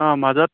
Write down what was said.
অঁ মাজত